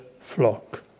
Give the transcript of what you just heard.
flock